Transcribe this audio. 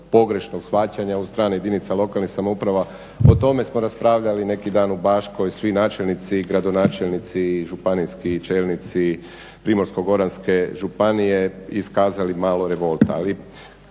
pogrešnog shvaćanja od strane jedinica lokalnih samouprava. O tome smo raspravljali neki dan u Baškoj, svi načelnici, gradonačelnici i županijski čelnici Primorsko-goranske županije i iskazali malo revolta.